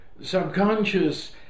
subconscious